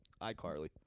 iCarly